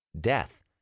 Death